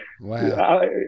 wow